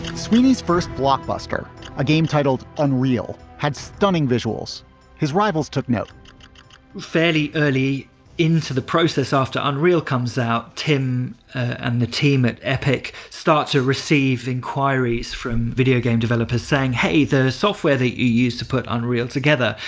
swinney's first blockbuster ah game titled unreal, had stunning visuals his rivals took note fairly early into the process after unreal comes out. tim and the team at epic start to receive inquiries from videogame developers saying, hey, the software they use to put unreal together.